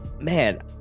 man